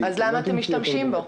אנחנו כן בודקים הסכמת המחזיק בקרקע.